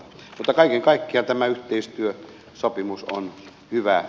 kaiken kaikkiaan tämä yhteistyösopimus on hyvä asia